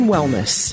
Wellness